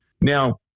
Now